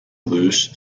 loose